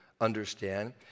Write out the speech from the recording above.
understand